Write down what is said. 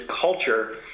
culture